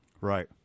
Right